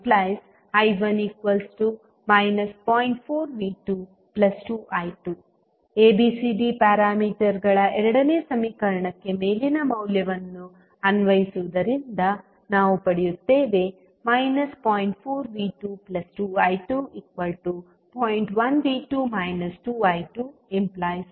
4V22I2 ABCD ಪ್ಯಾರಾಮೀಟರ್ಗಳ ಎರಡನೇ ಸಮೀಕರಣಕ್ಕೆ ಮೇಲಿನ ಮೌಲ್ಯವನ್ನು ಅನ್ವಯಿಸುವುದರಿಂದ ನಾವು ಪಡೆಯುತ್ತೇವೆ 0